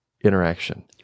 interaction